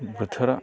बोथोरा